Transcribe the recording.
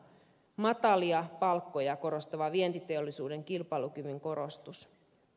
matalia palkkoja korostava vientiteollisuuden kilpailukyvyn korostus